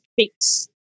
fix